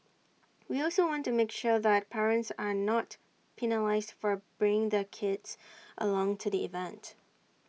we also want to make sure that parents are not penalised for bringing their kids along to the event